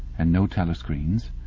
and no telescreens.